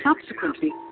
Subsequently